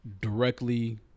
directly